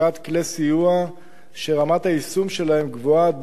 סיוע שרמת היישום שלהם גבוהה עד בינונית,